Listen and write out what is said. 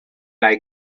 lie